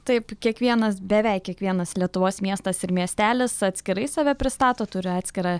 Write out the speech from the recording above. taip kiekvienas beveik kiekvienas lietuvos miestas ir miestelis atskirai save pristato turi atskirą